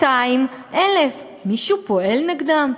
200,000. מישהו פועל נגדם?